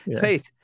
Faith